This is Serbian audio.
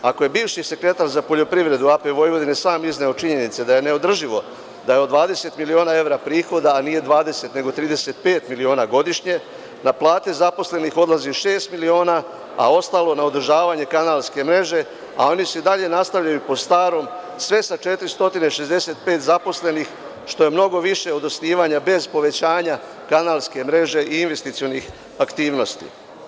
Ako je bivši sekretar za poljoprivredu AP Vojvodine sam izneo činjenice da je neodrživo da od 20 miliona evra prihoda, a nije 20 nego 35 miliona godišnje, na plate zaposlenih odlazi šest miliona, a ostalo na održavanje kanalske mreže, a oni i dalje nastavljaju po starom sve sa 465 zaposlenih što je mnogo više od osnivanja bez povećanja kanalske mreže i investicionih aktivnosti.